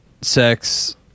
sex